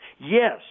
Yes